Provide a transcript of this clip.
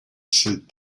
sid